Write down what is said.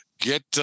Get